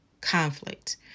conflict